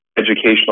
educational